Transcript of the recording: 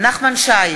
נחמן שי,